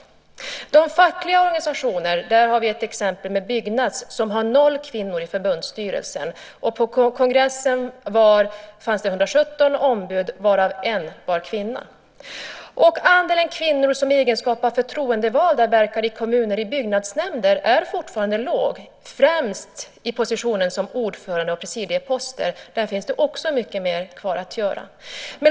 När det gäller fackliga organisationer har vi exemplet Byggnads, som har noll kvinnor i förbundsstyrelsen. På kongressen fanns det 117 ombud varav en var kvinna. Andelen kvinnor i egenskap av förtroendevalda som verkar i kommuner, i byggnadsnämnder, är fortfarande låg, främst i positioner som ordförande och presidieposter. Där finns det också mycket mer kvar att göra.